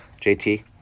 JT